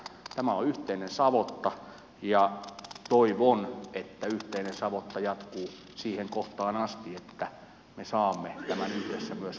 tämä on yhteinen savotta ja toivon että yhteinen savotta jatkuu siihen asti että me myös